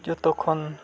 ᱡᱚᱛᱚ ᱠᱷᱚᱱ